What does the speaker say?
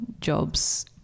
jobs